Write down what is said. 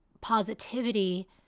positivity